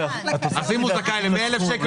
--- אם הוא זכאי ל-100,000 שקל,